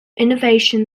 innovation